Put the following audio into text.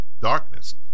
darkness